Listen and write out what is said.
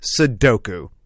Sudoku